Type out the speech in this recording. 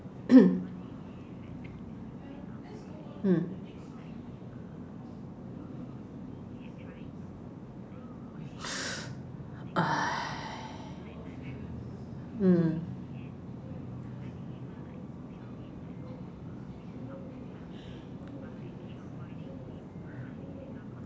mm mm